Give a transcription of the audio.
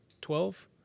twelve